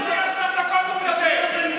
יותר מעשר דקות הוא מדבר.